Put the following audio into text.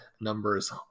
numbers